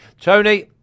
Tony